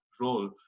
role